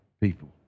people